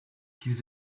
qu’ils